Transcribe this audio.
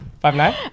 Five-nine